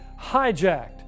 Hijacked